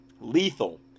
lethal